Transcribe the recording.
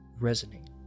resonate